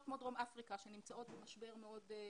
כמו דרום אפריקה שנמצאות במשבר מאוד קיצוני.